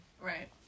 Right